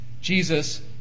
Jesus